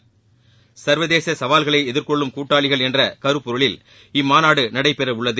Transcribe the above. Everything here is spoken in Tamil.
சர்வதேச சவால்களை எதிர்கொள்ளும் கூட்டாளிகள் என்ற கருப்பொருளில் இம்மாநாடு நடைபெறவுள்ளது